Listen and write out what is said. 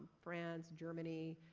france, germany,